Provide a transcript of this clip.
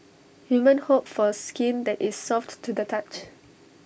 women hope for skin that is soft to the touch